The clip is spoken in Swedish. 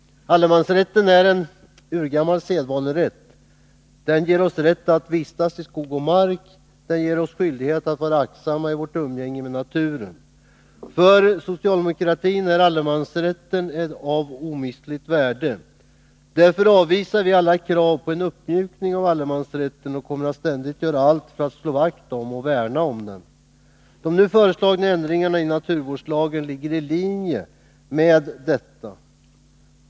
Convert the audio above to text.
Allemansrätten är en urgammal sedvanerätt. Den ger oss rätt att vistas i skog och mark. Den ger oss skyldighet att vara aktsamma i vårt umgänge med naturen. För socialdemokratin är allemansrätten av omistligt värde. Därför avvisar vi alla krav på en uppmjukning av allemansrätten och kommer ständigt att göra allt för att slå vakt om den. De nu föreslagna ändringarna i naturvårdslagen ligger i linje med detta.